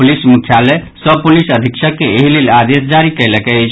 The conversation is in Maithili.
पुलिस मुख्यालय सभ पुलिस अधीक्षक के एहि लेल आदेश जारी कयलक अछि